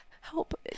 help